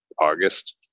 August